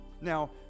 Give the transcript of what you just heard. Now